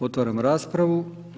Otvaram raspravu.